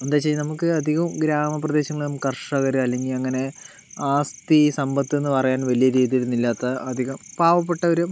എന്താണെന്ന് വെച്ച് കഴിഞ്ഞാൽ നമുക്ക് അധികവും ഗ്രാമ പ്രദേശങ്ങളാവുമ്പോൾ കർഷകർ അല്ലെങ്കിൽ അങ്ങനെ ആസ്തി സമ്പത്തെന്ന് പറയാൻ വലിയ രീതിയിലൊന്നും ഇല്ലാത്ത അധികം പാവപ്പെട്ട ഒരു